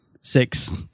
six